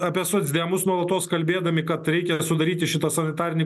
apie socdemus nuolatos kalbėdami kad reikia sudaryti šitą sanitarinį